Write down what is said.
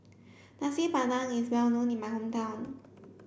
Nasi Padang is well known in my hometown